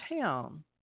town